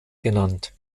genannt